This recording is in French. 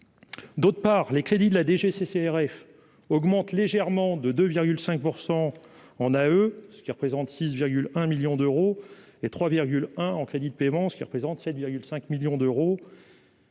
d'autre part, les crédits de la DGCCRF augmente légèrement de 2 5 % on a eux, ce qui représente 6 virgule 1 millions d'euros et 3 1 en crédits de paiement, ce qui représente 7,5 millions d'euros.